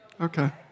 Okay